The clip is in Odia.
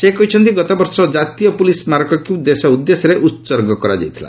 ସେ କହିଛନ୍ତି ଗତବର୍ଷ ଜାତୀୟ ପ୍ରଲିସ୍ ସ୍କାରକୀକ୍ ଦେଶ ଉଦ୍ଦେଶ୍ୟରେ ଉତ୍ସର୍ଗ କରାଯାଇଥିଲା